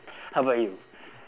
how about you